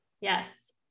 Yes